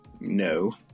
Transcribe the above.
no